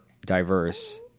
diverse